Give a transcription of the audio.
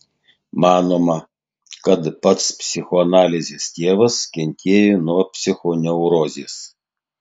manoma kad pats psichoanalizės tėvas kentėjo nuo psichoneurozės